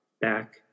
back